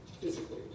physically